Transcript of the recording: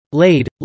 laid